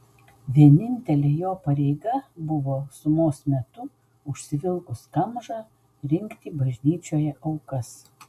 vienintelė jo pareiga buvo sumos metu užsivilkus kamžą rinkti bažnyčioje aukas